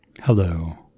hello